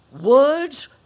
words